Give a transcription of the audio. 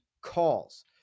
calls